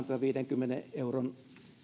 tätä viidenkymmenen euron